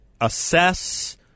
assess